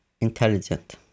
intelligent